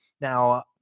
Now